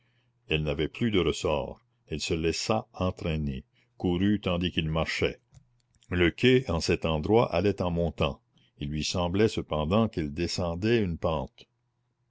elle n'avait plus de ressort elle se laissa entraîner courant tandis qu'il marchait le quai en cet endroit allait en montant il lui semblait cependant qu'elle descendait une pente